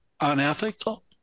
unethical